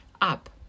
up